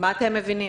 מה אתם מבינים?